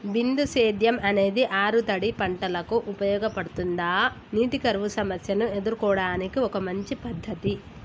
బిందు సేద్యం అనేది ఆరుతడి పంటలకు ఉపయోగపడుతుందా నీటి కరువు సమస్యను ఎదుర్కోవడానికి ఒక మంచి పద్ధతి?